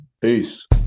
Peace